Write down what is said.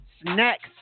Snacks